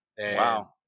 wow